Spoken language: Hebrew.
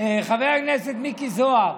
חבר הכנסת מיקי זוהר.